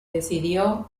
decidió